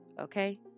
okay